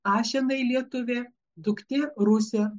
ašenai lietuvė duktė rusė